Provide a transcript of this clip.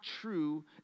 true